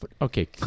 Okay